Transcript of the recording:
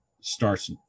starts